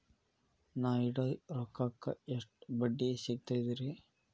ನಾ ಇಡೋ ರೊಕ್ಕಕ್ ಎಷ್ಟ ಬಡ್ಡಿ ಸಿಕ್ತೈತ್ರಿ?